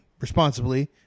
responsibly